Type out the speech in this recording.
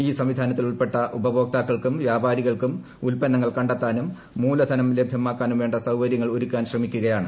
ഈ സംവിധാനത്തിൽ ഉൾപ്പെട്ട ഉപഭോക്താക്കൾക്കും വ്യാപാരികൾക്കും ഉത്പന്നങ്ങൾ കണ്ടെത്താനും മൂലധനം ലഭ്യമാക്കാനും വേണ്ടി സൌകര്യങ്ങൾ ഒരുക്കാൻ ശ്രമിക്കുകയാണ്